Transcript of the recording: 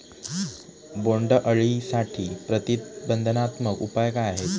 बोंडअळीसाठी प्रतिबंधात्मक उपाय काय आहेत?